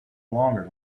longer